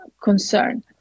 concern